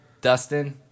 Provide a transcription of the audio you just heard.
Dustin